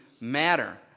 matter